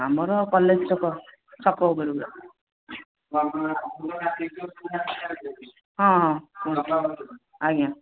ଆମର କଲେଜ ଛକ ଛକ ଉପରେ ପୁରା ହଁ ହଁ ଆଜ୍ଞା